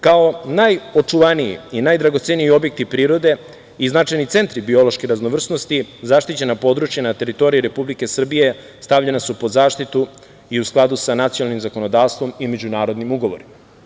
Kao najočuvaniji i najdragoceniji objekti prirode i značajni centri biološki raznovrsnosti, zaštićena područja na teritoriji Republike Srbije, stavljena su pod zaštitu i u skladu sa nacionalnim zakonodavstvom i međunarodnim ugovorima.